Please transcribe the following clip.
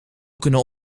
kunnen